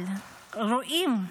אבל רואים,